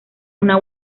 una